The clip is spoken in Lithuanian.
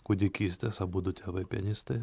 kūdikystės abudu tėvai pianistai